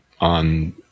on